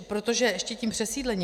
Protože ještě tím přesídlením.